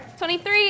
23